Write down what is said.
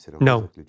No